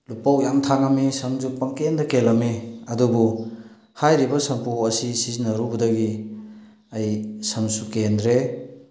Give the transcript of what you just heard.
ꯂꯨꯄꯧ ꯌꯥꯝ ꯊꯥꯡꯉꯝꯃꯤ ꯁꯝꯁꯨ ꯄꯪꯀꯦꯟꯗ ꯀꯦꯜꯂꯝꯃꯤ ꯑꯗꯨꯕꯨ ꯍꯥꯏꯔꯤꯕ ꯁꯝꯄꯨ ꯑꯁꯤ ꯁꯤꯖꯤꯟꯅꯔꯨꯕꯗꯒꯤ ꯑꯩ ꯁꯝꯁꯨ ꯀꯦꯟꯗ꯭ꯔꯦ